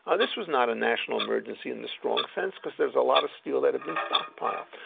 ah this was not a national emergency in the strong sense, because there was a lot of steel that had been stockpiled,